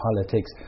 politics